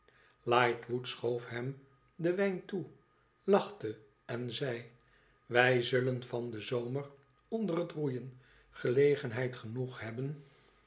lightwood schoof hem den wijn toe lachte en zei twij zullen van den zomer onder het roeien gelegenheid genoeg hebben